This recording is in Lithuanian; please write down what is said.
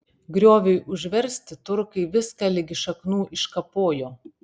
grioviui užversti turkai viską ligi šaknų iškapojo